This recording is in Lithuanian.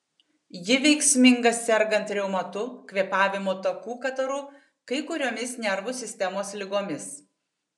ji veiksminga sergant reumatu kvėpavimo takų kataru kai kuriomis nervų sistemos ligomis